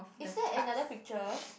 is that another picture